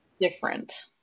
different